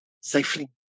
safely